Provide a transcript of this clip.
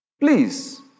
Please